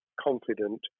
confident